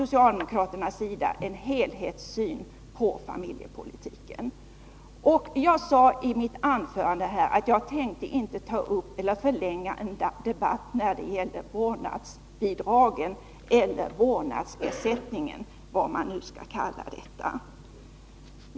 Socialdemokraterna har en helhetssyn på familjepolitiken, och jag sade i mitt anförande att jag inte tänkte förlänga debatten genom att diskutera vårdnadsbidragen-— eller, om man så vill kalla det, vårdnadsersättningen.